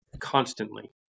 constantly